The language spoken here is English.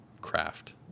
craft